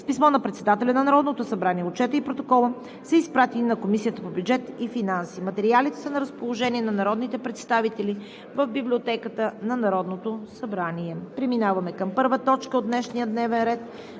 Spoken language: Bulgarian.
С писмо на председателя на Народното събрание Отчетът и Протоколът са изпратени на Комисията по бюджет и финанси. Материалите са на разположение на народните представители в Библиотеката на Народното събрание. Преминаваме към първа точка от днешния дневен ред: